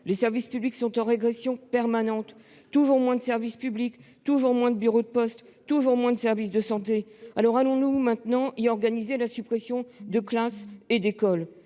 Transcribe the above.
les services publics sont en régression permanente : toujours moins de services publics, toujours moins de bureaux de poste, toujours moins de services de santé ! Allons-nous maintenant organiser la suppression de classes et d'écoles,